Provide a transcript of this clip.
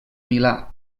milà